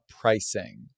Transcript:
pricing